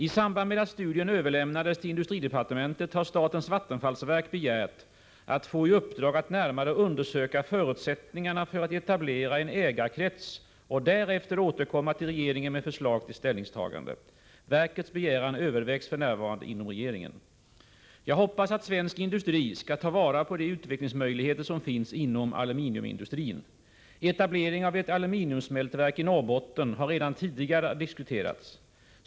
I samband med att studien överlämnades till industridepartementet har statens vattenfallsverk begärt att få i uppdrag att närmare undersöka förutsättningarna för att etablera en ägarkrets och därefter återkomma till regeringen med förslag till ställningstagande. Verkets begäran övervägs f. n. inom regeringen. Jag hoppas att svensk industri skall ta vara på de utvecklingsmöjligheter som finns inom aluminiumindustrin. Etablering av ett aluminiumsmältverk i Norrbotten har redan tidigare diskuterats.